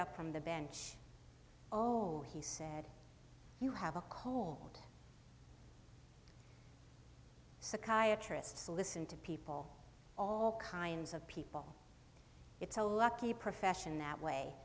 up from the bench all he said you have a cold psychiatrists listen to people all kinds of people it's a lucky profession that way